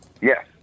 Yes